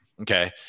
Okay